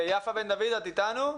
יפה בן דוד, את איתנו?